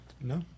No